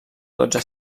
dotze